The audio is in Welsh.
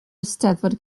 eisteddfod